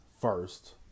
first